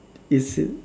is it